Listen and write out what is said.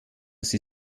sie